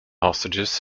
hostages